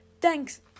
Thanks